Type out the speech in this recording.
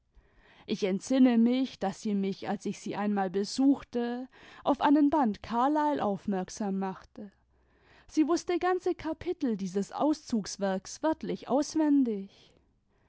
ich entsinne mich daß sie mich als ich sie einmal besuchte auf einen band carlyle aufmerksam machte sie wußte ganze kapitel dieses auszugswerks wörtlich auswendig